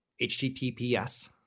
HTTPS